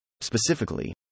Specifically